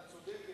אתה צודק,